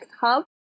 Hub